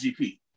GP